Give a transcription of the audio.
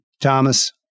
Thomas